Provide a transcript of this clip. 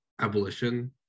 abolition